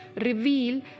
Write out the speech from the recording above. reveal